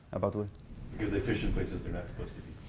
abadwe. because they fish in places they're not supposed to be.